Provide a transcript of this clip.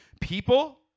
people